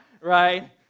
right